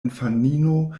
infanino